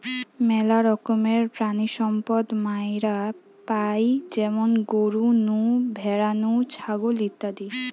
মেলা রকমের প্রাণিসম্পদ মাইরা পাই যেমন গরু নু, ভ্যাড়া নু, ছাগল ইত্যাদি